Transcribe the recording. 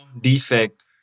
defect